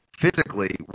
physically